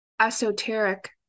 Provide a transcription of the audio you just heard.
esoteric